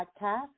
podcast